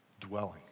dwelling